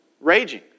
raging